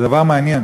זה דבר מעניין,